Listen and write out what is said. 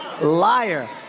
Liar